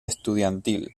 estudiantil